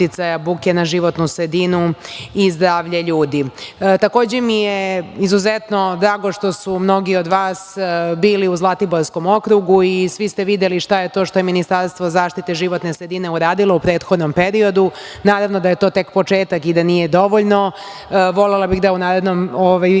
buke na životnu sredinu i zdravlje ljudi. Takođe mi je izuzetno drago što su mnogi od vas bili u Zlatiborskom okrugu i svi ste videli šta je to što je Ministarstvo zaštite životne sredine uradilo u prethodnom periodu. Naravno, to je tek početak i nije dovoljno. volela bih da u narednom periodu